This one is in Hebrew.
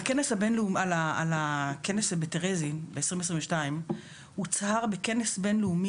על הכנס בטרזין ב-2022 הוצהר בכנס בין-לאומי